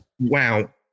wow